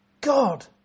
God